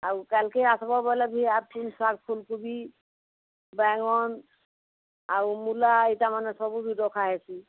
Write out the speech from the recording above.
ଆଉ କାଲ୍କେ ଆସ୍ବ ବୋଲେ ଭି ଆର୍ ତୁନ୍ ଶାଗ୍ ଫୁଲ୍ କୋବି ବାଇଗନ୍ ଆଉ ମୂଲା ଏଇଟା ମାନେ ସବୁ ବି ରଖା ହେସି